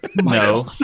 No